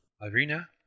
Irina